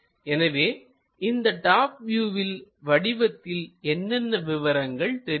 எனவே இந்த டாப் வியூவில் வடிவத்தில் என்னென்ன விவரங்கள் தெரியும்